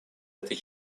этой